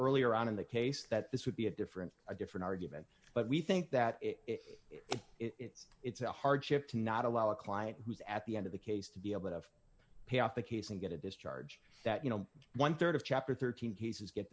earlier on in the case that this would be a different a different argument but we think that it's it's a hardship to not allow a client who's at the end of the case to be able to pay off the case and get a discharge that you know one dollar rd of chapter thirteen cases get